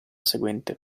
seguente